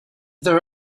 there